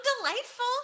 delightful